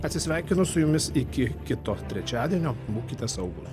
atsisveikinu su jumis iki kito trečiadienio būkite saugūs